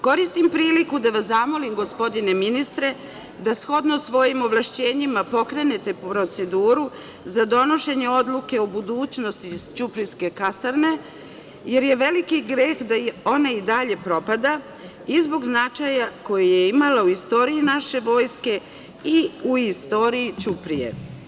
Koristim priliku da vas zamolim, gospodine ministre, da shodno svojim ovlašćenjima pokrenete proceduru donošenja odluke o budućnosti ćuprijske kasarne, jer je veliki greh da ona i dalje propada i zbog značaja koji je imala u istoriji naše vojske i u istoriji Ćuprije.